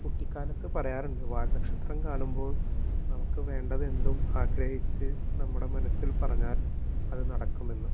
കുട്ടിക്കാലത്ത് പറയാറുണ്ട് വാൽ നക്ഷത്രം കാണുമ്പോള് നമുക്ക് വേണ്ടതെന്തും ആഗ്രഹിച്ച് നമ്മുടെ മനസ്സിൽ പറഞ്ഞാൽ അത് നടക്കുമെന്ന്